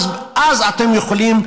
ואז אתם יכולים,